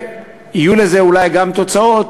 ויהיו לזה אולי גם תוצאות,